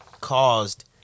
caused